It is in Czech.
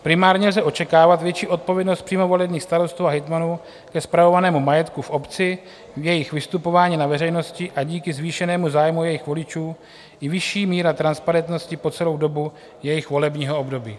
Primárně lze očekávat větší odpovědnost přímo volených starostů a hejtmanů ke spravovanému majetku v obci, v jejich vystupování na veřejnosti a díky zvýšenému zájmu jejich voličů i vyšší míru transparentnosti po celou dobu jejich volebního období.